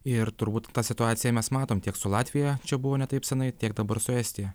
ir turbūt tą situaciją mes matom tiek su latvija čia buvo ne taip seniai tiek dabar su estija